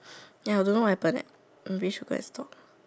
ya don't know what happen leh maybe should go and talk